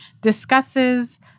discusses